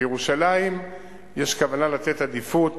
בירושלים יש כוונה לתת עדיפות